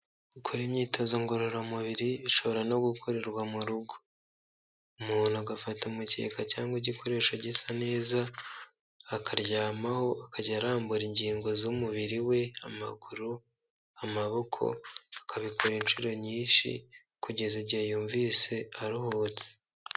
Gukora imyitozo ngororamubiri ishobora no